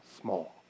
small